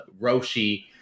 Roshi